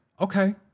Okay